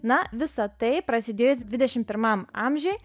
na visa tai prasidėjus dvidešim pirmam amžiui